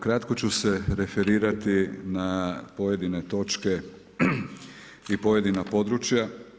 Kratko ću se referirati na pojedine točke i pojedina područja.